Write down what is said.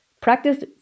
practice